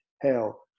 hell